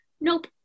nope